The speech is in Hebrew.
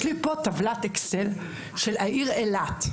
יש לי פה טבלת אקסל של העיר אילת.